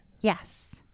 Yes